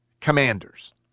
Commanders